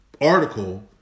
article